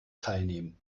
teilnehmen